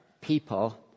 people